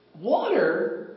water